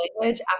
language